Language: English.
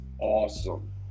Awesome